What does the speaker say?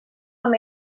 amb